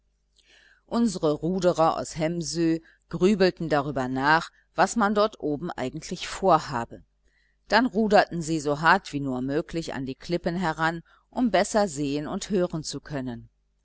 unsere ruderer aus hemsö grübelten darüber nach was man dort oben eigentlich vorhabe dann ruderten sie so hart wie nur möglich an die klippen heran um besser sehen und hören zu können